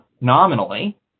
nominally